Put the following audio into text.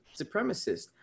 supremacist